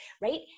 Right